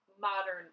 modern